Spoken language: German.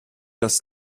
das